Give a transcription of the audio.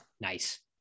Nice